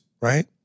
right